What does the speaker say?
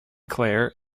claire